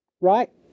right